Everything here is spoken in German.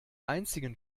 einzigen